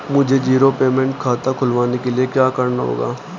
मुझे zero payment खाता खुलवाने के लिए क्या करना होगा?